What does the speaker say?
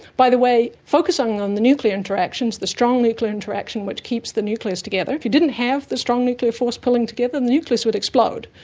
by the way, focusing on the nuclear interactions, the strong nuclear interaction which keeps the nucleus together, if you didn't have the strong nuclear force pulling together, the nucleus would explode,